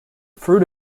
fruit